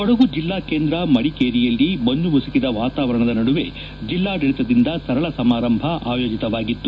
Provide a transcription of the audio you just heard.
ಕೊಡಗು ಜಿಲ್ಲಾ ಕೇಂದ್ರ ಮಡಿಕೇರಿಯಲ್ಲಿ ಮಂಜು ಮುಸುಕಿದ ವಾತಾವರಣದ ನಡುವೆ ಜಿಲ್ಲಾಡಳಿತದಿಂದ ಸರಳ ಸಮಾರಂಭ ಆಯೋಜಿಸಲಾಗಿತ್ತು